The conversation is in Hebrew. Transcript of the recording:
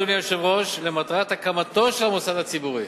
אדוני היושב-ראש, למטרת הקמתו של המוסד הציבורי.